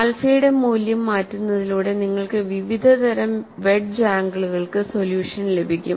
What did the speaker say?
ആൽഫയുടെ മൂല്യം മാറ്റുന്നതിലൂടെ നിങ്ങൾക്ക് വിവിധതരം വെഡ്ജ് ആംഗിളുകൾക്ക് സൊല്യൂഷൻ ലഭിക്കും